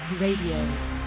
Radio